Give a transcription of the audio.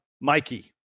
Mikey